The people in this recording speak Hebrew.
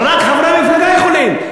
רק חברי מפלגה יכולים.